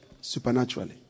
Supernaturally